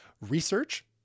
research